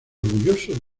orgulloso